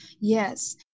Yes